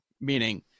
Meaning